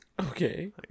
Okay